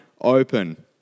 open